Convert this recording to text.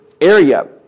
area